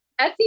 Etsy